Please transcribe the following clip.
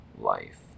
life